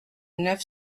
neuf